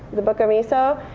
the book of miso,